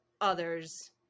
others